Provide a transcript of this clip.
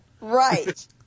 Right